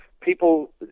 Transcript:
people